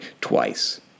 twice